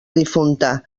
difunta